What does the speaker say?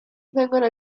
vengono